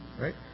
Right